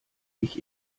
ich